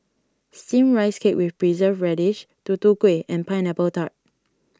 Steamed Rice Cake with Preserved Radish Tutu Kueh and Pineapple Tart